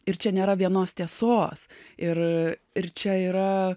ir čia nėra vienos tiesos ir ir čia yra